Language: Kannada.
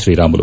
ಶ್ರೀರಾಮುಲು